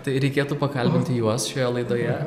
tai reikėtų pakalbinti juos šioje laidoje